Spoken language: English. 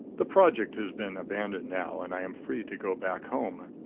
the project has been abandoned now and i am free to go back home.